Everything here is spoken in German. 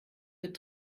wird